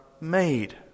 made